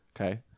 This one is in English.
Okay